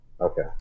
Okay